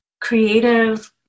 creative